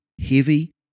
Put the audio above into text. heavy